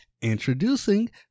introducing